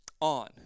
on